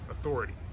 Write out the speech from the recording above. authority